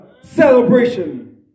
celebration